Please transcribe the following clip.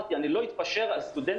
אמרתי שאני לא אתפשר על סטודנטים,